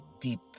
deep